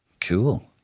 Cool